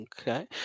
Okay